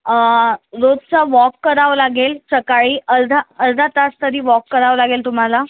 रोजचा वॉक करावा लागेल सकाळी अर्धा अर्धा तास तरी वॉक करावा लागेल तुम्हाला